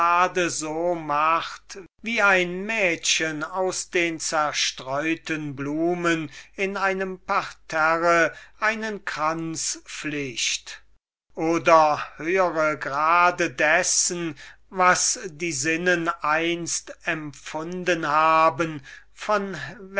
macht wie ein mädchen aus den blumen die in einem parterre zerstreut stehen einen kranz flicht oder höhere grade dessen was die sinnen würklich empfunden haben von